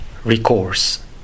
recourse